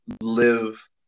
live